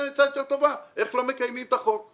עצה יותר טובה איך לא מקיימים את החוק.